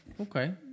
Okay